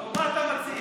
נו, מה אתה מציע?